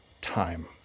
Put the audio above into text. time